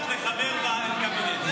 פוליגרף לחבר קבינט.